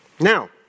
Now